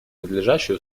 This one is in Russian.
надлежащие